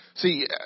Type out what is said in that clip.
See